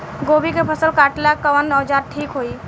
गोभी के फसल काटेला कवन औजार ठीक होई?